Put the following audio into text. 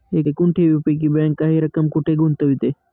एकूण ठेवींपैकी बँक काही रक्कम कुठे गुंतविते?